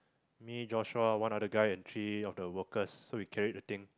me Joshua one other guy and three of the workers so we carried the thing